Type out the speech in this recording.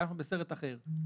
אנחנו בסרט אחר,